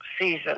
season